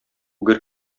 гөр